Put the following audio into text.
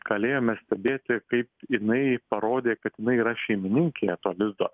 galėjome stebėti kaip jinai parodė kad jinai yra šeimininkė to lizdo